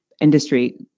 industry